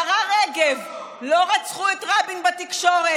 השרה רגב: לא רצחו את רבין בתקשורת.